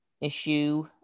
issue